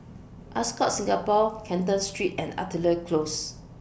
Ascott Singapore Canton Street and Artillery Close